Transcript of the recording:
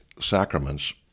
sacraments